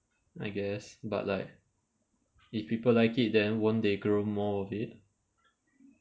I guess but like if people like it then won't they grow more of it